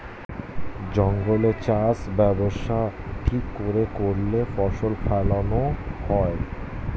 জঙ্গলে চাষ ব্যবস্থা ঠিক করে করলে ফসল ফোলানো হয়